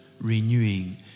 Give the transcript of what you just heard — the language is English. renewing